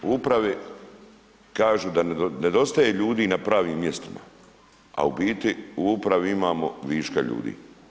U upravi kažu da nedostaje ljudi na pravim mjestima, a u biti u upravi imamo viška ljudi.